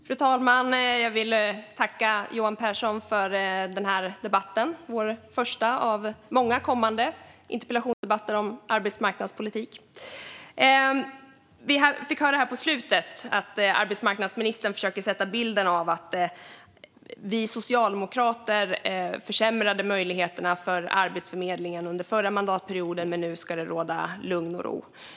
Fru talman! Jag vill tacka Johan Pehrson för denna debatt. Detta är vår första interpellationsdebatt - det blir många kommande interpellationsdebatter - om arbetsmarknadspolitik. Vi fick höra här på slutet att arbetsmarknadsministern försökte sätta bilden av att vi socialdemokrater försämrade möjligheterna för Arbetsförmedlingen under förra mandatperioden men att det nu ska råda lugn och ro.